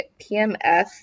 PMF